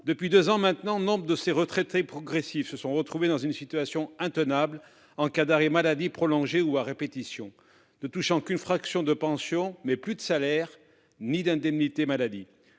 Depuis maintenant deux ans, nombre de ces retraités progressifs se sont retrouvés dans une situation intenable en cas d'arrêt maladie prolongé ou à répétition, touchant seulement une fraction de pension, mais plus de salaire, ni d'indemnité maladie.